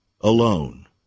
alone